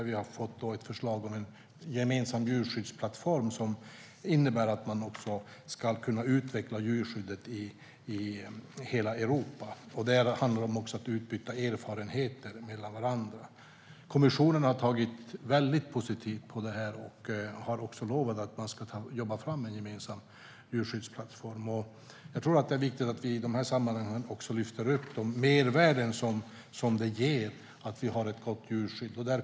Vi har ett förslag om en gemensam djurskyddsplattform, som innebär att man ska kunna utveckla djurskyddet i hela Europa. Det handlar också om att utbyta erfarenheter med varandra. Kommissionen ser väldigt positivt på detta och har också lovat att man ska jobba fram en gemensam djurskyddsplattform. Det är viktigt att vi i de här sammanhangen också lyfter fram de mervärden som det ger att vi har ett gott djurskydd.